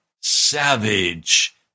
savage